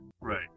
Right